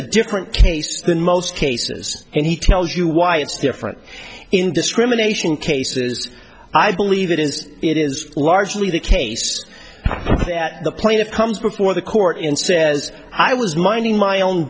a different case than most cases and he tells you why it's different in discrimination cases i believe it is it is largely the case that the plaintiff comes before the court in says i was minding my own